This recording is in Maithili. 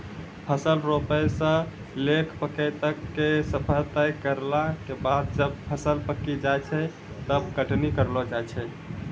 फसल रोपै स लैकॅ पकै तक के सफर तय करला के बाद जब फसल पकी जाय छै तब कटनी करलो जाय छै